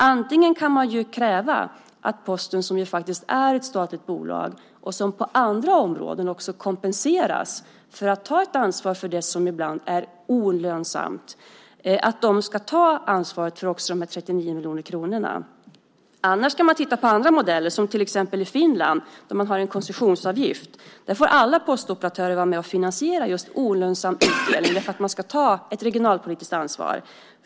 Antingen kan man kräva att Posten, som är ett statligt bolag och som på andra områden kompenseras för att ta ett ansvar för det som ibland är olönsamt, ska ta ansvaret för de 39 miljoner kronorna, eller också kan man titta på andra modeller, som till exempel i Finland, där man har en koncessionsavgift. Där får alla postoperatörer vara med och finansiera just olönsam utdelning för att man ska ta ett regionalpolitiskt ansvar.